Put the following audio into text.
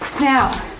Now